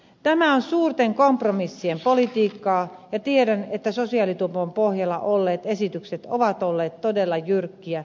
tämä on suurten kompromissien politiikkaa ja tiedän että sosiaalitupon pohjalla olleet esitykset ovat olleet todella jyrkkiä